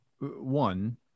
one